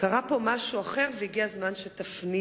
קרה פה משהו אחר והגיע הזמן שתפנימו: